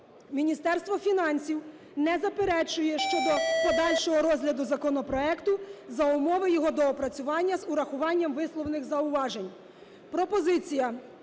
Міністерство фінансів не заперечує щодо подальшого розгляду законопроекту за умови його доопрацювання з урахуванням висловлених зауважень. Пропозиція